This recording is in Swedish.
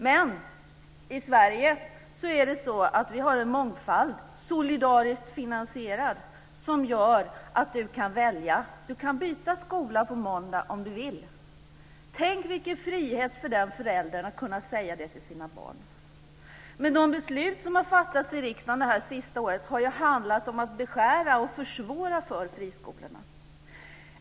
Men i Sverige är det så att vi har en mångfald, solidariskt finansierad, som gör att du kan välja. Du kan byta skola på måndag om du vill. Tänk vilken frihet för den föräldern att kunna säga det till sitt barn! Men de beslut som har fattats i riksdagen det senaste året har ju handlat om att beskära och försvåra för friskolorna.